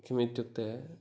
किम् इत्युक्ते